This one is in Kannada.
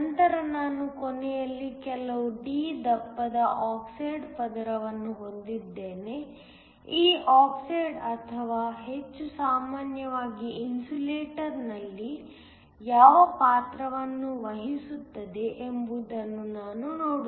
ನಂತರ ನಾನು ಕೊನೆಯಲ್ಲಿ ಕೆಲವು D ದಪ್ಪದ ಆಕ್ಸೈಡ್ ಪದರವನ್ನು ಹೊಂದಿದ್ದೇನೆ ಈ ಆಕ್ಸೈಡ್ ಅಥವಾ ಹೆಚ್ಚು ಸಾಮಾನ್ಯವಾಗಿ ಇನ್ಸುಲೇಟರ್ನಲ್ಲಿ ಯಾವ ಪಾತ್ರವನ್ನು ವಹಿಸುತ್ತದೆ ಎಂಬುದನ್ನು ನಾವು ನೋಡುತ್ತೇವೆ